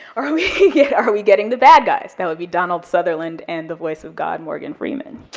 or are we are we getting the bad guys, that would be donald sutherland and the voice of god, morgan freeman.